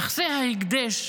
נכסי ההקדש,